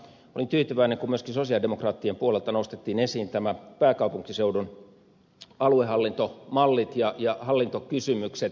olen tyytyväinen kun myöskin sosialidemokraattien puolelta nostettiin esiin nämä pääkaupunkiseudun aluehallintomallit ja hallintokysymykset